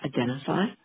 identify